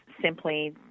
simply